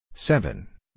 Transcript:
Seven